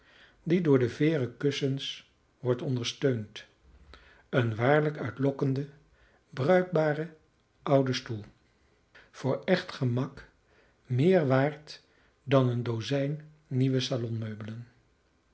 die door de veeren kussens wordt ondersteund een waarlijk uitlokkende bruikbare oude stoel voor echt gemak meer waard dan een dozijn nieuwe